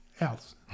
else